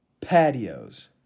patios